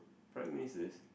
Prime-Ministers